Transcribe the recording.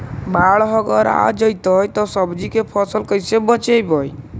बाढ़ अगर आ जैतै त सब्जी के फ़सल के कैसे बचइबै?